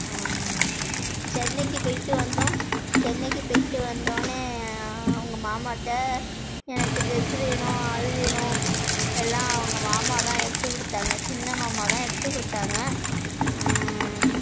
சென்னைக்கு போயிட்டு வந்தோம் சென்னைக்கு போயிட்டு வந்தோடனே அவங்க மாமாகிட்ட எனக்கு ட்ரெஸ்ஸு வேணும் அது வேணும் எல்லாம் அவங்க மாமா தான் எடுத்து கொடுத்தாங்க சின்ன மாமா தான் எடுத்து கொடுத்தாங்க